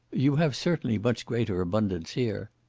you have certainly much greater abundance here.